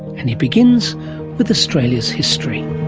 and it begins with australia's history.